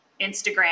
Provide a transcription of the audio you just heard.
Instagram